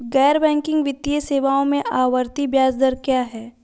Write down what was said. गैर बैंकिंग वित्तीय सेवाओं में आवर्ती ब्याज दर क्या है?